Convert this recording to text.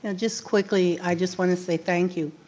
and just quickly, i just wanna say thank you.